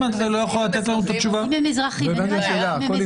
אם הם אזרחים אין בעיה.